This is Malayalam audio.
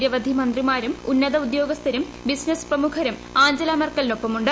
നിരവധി മന്ത്രിമാരും ഉന്നതോദ്യോഗസ്ഥരും ബിസിനസ് പ്രമുഖരും ആഞ്ചല മെർക്കലിനൊപ്പമുണ്ട്